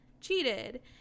cheated